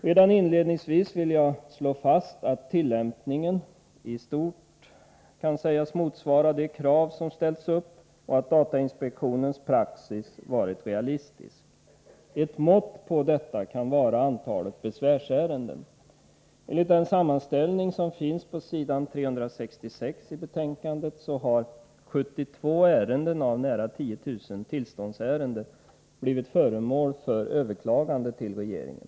Redan inledningsvis vill jag slå fast att tillämpningen i stort kan sägas motsvara de krav som ställts upp och att datainspektionens praxis varit realistisk. Ett mått på detta kan vara antalet besvärsärenden. Enligt den sammanställning som finns på s. 366 i betänkandet har 72 ärenden av nära 10 000 tillståndsärenden blivit föremål för överklagande till regeringen.